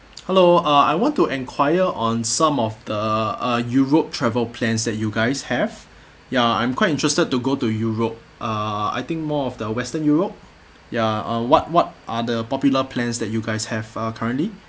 hello uh I want to enquire on some of the uh europe travel plans that you guys have ya I'm quite interested to go to europe uh I think more of the western europe ya uh what what are the popular plans that you guys have uh currently